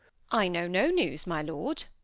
i know no news, my lord.